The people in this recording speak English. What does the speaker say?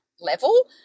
level